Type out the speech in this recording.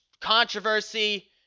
controversy